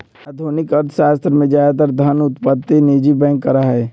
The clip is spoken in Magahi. आधुनिक अर्थशास्त्र में ज्यादातर धन उत्पत्ति निजी बैंक करा हई